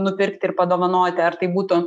nupirkti ir padovanoti ar tai būtų